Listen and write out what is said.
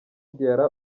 diarra